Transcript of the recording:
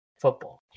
Football